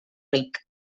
ric